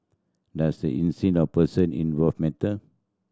does the of person involved matter